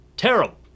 Terrible